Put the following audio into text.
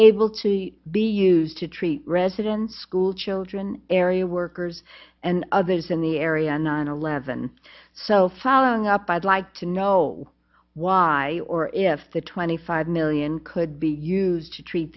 able to be used to treat residents schoolchildren area workers and others in the area nine eleven so following up by like to know why or if the twenty five million could be used to treat